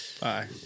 Bye